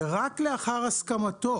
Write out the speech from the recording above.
רק לאחר הסכמתו